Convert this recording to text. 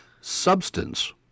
substance